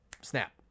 Snap